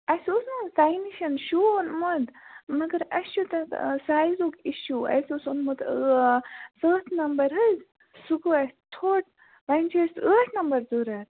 اَسہِ اوس نا تۄہہِ نِش شوٗ اوٚنمُت مگر اَسہِ چھُ تتھ سایزُک اِشوٗ اَسہِ اوس اوٚنمُت ستھ نمبر حظ سُہ گوٚو اَسہِ ژھوٚٹ وۅنۍ چھُ اَسہِ ٲٹھ نمبر ضروٗرت